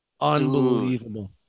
Unbelievable